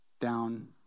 down